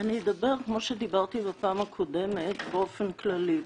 אני אדבר כמו שדיברתי בפעם הקודמת, באופן כללי.